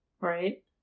right